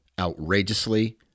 outrageously